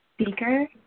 speaker